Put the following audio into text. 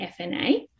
FNA